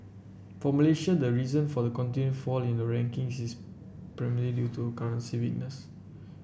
for Malaysia the reason for the continued fall in the rankings is primarily due to currency weakness